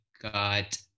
got